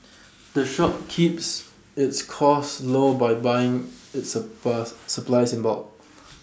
the shop keeps its costs low by buying its supply supplies in bulk